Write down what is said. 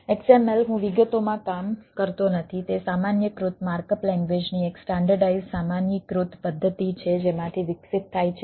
XML હું વિગતોમાં કામ કરતો નથી તે સામાન્યકૃત માર્કઅપ લેંગ્વેજની એક સ્ટાન્ડર્ડઇઝ્ડ સામાન્યીકૃત પદ્ધતિ છે જેમાંથી વિકસિત થાય છે